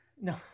No